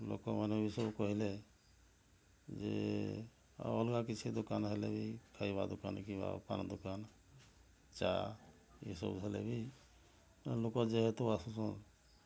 ଲୋକମାନେ ବି ସବୁ କହିଲେ ଯେ ଆଉ ଅଲଗା କିଛି ଦୋକାନ ହେଲେ ବି ଖାଇବା ଦୋକାନ କିମ୍ବା ପାନ ଦୋକାନ ଚା' ଏ ସବୁ ହେଲେ ବି ଲୋକ ଯେହେତୁ ଆସୁଛନ୍ତି